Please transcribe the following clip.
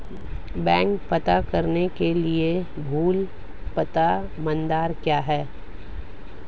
Bank ऋण प्राप्त करने के लिए मूल पात्रता मानदंड क्या हैं?